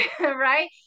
Right